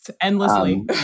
endlessly